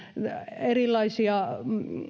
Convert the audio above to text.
erilaisia